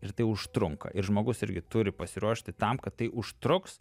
ir tai užtrunka ir žmogus irgi turi pasiruošti tam kad tai užtruks